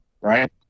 right